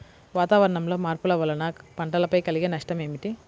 వాతావరణంలో మార్పుల వలన పంటలపై కలిగే నష్టం ఏమిటీ?